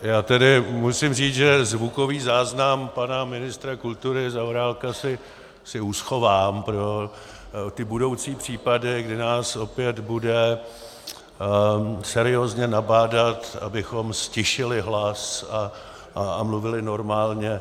Já tedy musím říct, že zvukový záznam pana ministra kultury Zaorálka si uschovám pro ty budoucí případy, kdy nás opět bude seriózně nabádat, abychom ztišili hlas a mluvili normálně.